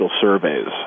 surveys